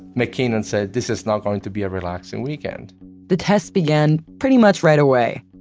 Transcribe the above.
mackinnon said, this is not going to be a relaxing weekend the test began pretty much right away.